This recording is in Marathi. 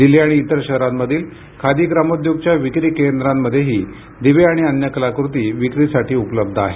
दिल्ली आणि इतर शहरांमधील खादी ग्रामोद्योगच्या विक्री केंद्रामध्येही दिवे आणि अन्य कलाकृती विक्रीसाठी उपलब्ध आहेत